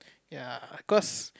ya cause